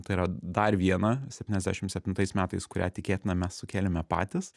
tai yra dar vieną septyniasdešimt septintais metais kurią tikėtina mes sukėlėme patys